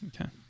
okay